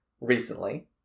recently